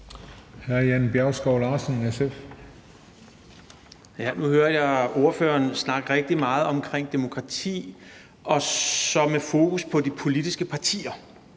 Jan Bjergskov Larsen (SF): Nu hører jeg ordføreren snakke rigtig meget om demokrati – med fokus på de politiske partier.